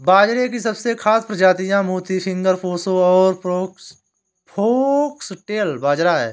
बाजरे की सबसे खास प्रजातियाँ मोती, फिंगर, प्रोसो और फोक्सटेल बाजरा है